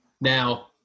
Now